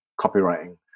copywriting